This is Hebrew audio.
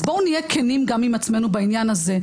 אז בואו נהיה כנים עם עצמנו גם בעניין הזה,